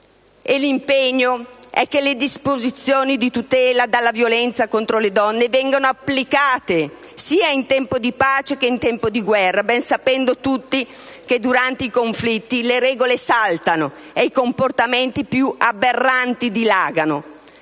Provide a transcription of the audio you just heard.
L'impegno è che le disposizioni di tutela dalla violenza contro le donne vengano applicate sia in tempo di pace che in tempo di guerra, ben sapendo tutti che durante i conflitti le regole saltano e i comportamenti più aberranti dilagano.